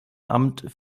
amt